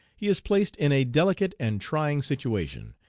he is placed in a delicate and trying situation,